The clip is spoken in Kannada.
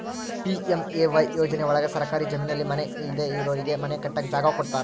ಪಿ.ಎಂ.ಎ.ವೈ ಯೋಜನೆ ಒಳಗ ಸರ್ಕಾರಿ ಜಮೀನಲ್ಲಿ ಮನೆ ಇಲ್ದೆ ಇರೋರಿಗೆ ಮನೆ ಕಟ್ಟಕ್ ಜಾಗ ಕೊಡ್ತಾರ